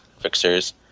fixers